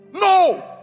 no